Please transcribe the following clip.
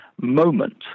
moment